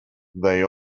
they